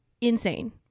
Insane